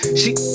she-